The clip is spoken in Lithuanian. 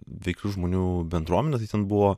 veiklių žmonių bendruomenę tai ten buvo